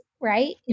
Right